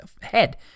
head